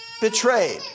betrayed